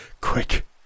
quick